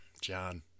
John